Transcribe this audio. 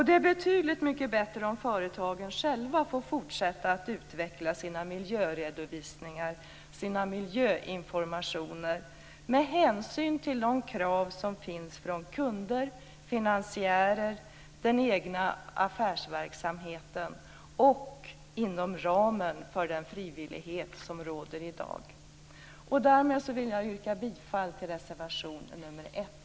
Det är betydligt bättre om företagen själva får fortsätta att utveckla sina miljöredovisningar, sina miljöinformationer, med hänsyn till de krav som finns från kunder, finansiärer, den egna affärsverksamheten och inom ramen för den frivillighet som råder i dag. Därmed vill jag yrka bifall till reservation nr 1.